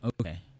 Okay